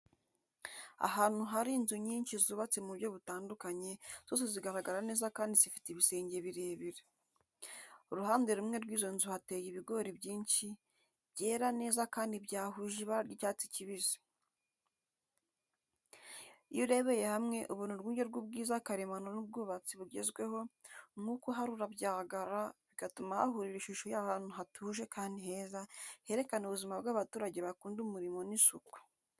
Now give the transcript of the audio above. Ahantu hari inzu nyinshi zubatse mu buryo butunganye, zose zigaragara neza kandi zifite ibisenge birebire. Uruhande rumwe rw’izo nzu hateye ibigori byinshi, byera neza kandi byahuje ibara ry’icyatsi kibisi. Iyo urebeye hamwe, ubona urwunge rw’ubwiza karemano n’ubwubatsi bugezweho. Umwuka uhari urabyagara, bigatuma hahurira ishusho y’ahantu hatuje kandi heza, herekana ubuzima bw’abaturage bakunda umurimo n’isuku.